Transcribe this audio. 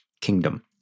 kingdom